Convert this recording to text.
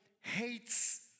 hates